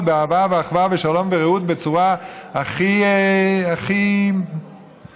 באהבה ואחווה ושלום ורעות בצורה הכי מותאמת,